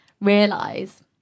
realize